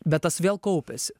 bet tas vėl kaupiasi